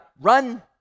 run